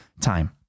time